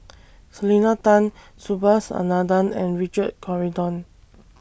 Selena Tan Subhas Anandan and Richard Corridon